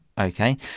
Okay